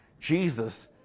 Jesus